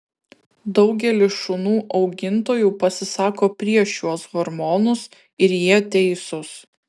daugelis šunų augintojų pasisako prieš šiuos hormonus ir jie teisūs